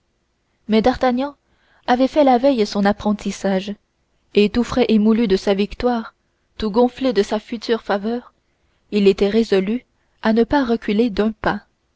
mais d'artagnan avait fait la veille son apprentissage et tout frais émoulu de sa victoire tout gonflé de sa future faveur il était résolu à ne pas reculer d'un pas